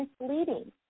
misleading